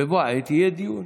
בבוא העת יהיה דיון.